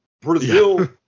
Brazil